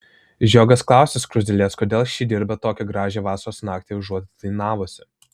žiogas klausia skruzdėlės kodėl ši dirba tokią gražią vasaros naktį užuot dainavusi